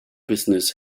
business